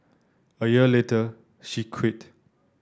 a year later she quit